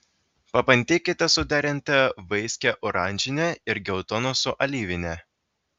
pabandykite suderinti vaiskią oranžinę ir geltoną su alyvine